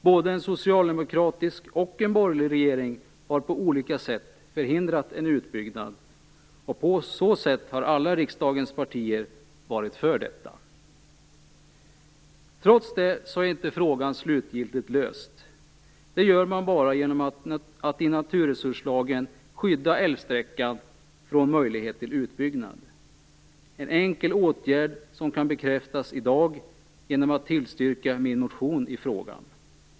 Både en socialdemokratisk och en borgerlig regering har på olika sätt förhindrat en utbyggnad, vilket betyder att alla riksdagens partier varit för detta. Trots detta är frågan inte slutgiltigt löst. Det sker bara genom att man i naturresurslagen skyddar älvsträckan från möjlighet till utbyggnad. Det är en enkel åtgärd, som kan bekräftas i dag genom tillstyrkan av min motion i frågan.